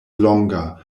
longa